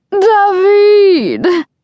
David